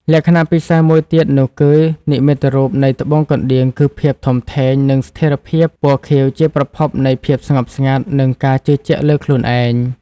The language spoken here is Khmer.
លក្ខណៈពិសេសមួយទៀតនោះគឺ និមិត្តរូបនៃត្បូងកណ្ដៀង គឺភាពធំធេង និងស្ថិរភាពពណ៌ខៀវជាប្រភពនៃភាពស្ងប់ស្ងាត់ និងការជឿជាក់លើខ្លួនឯង។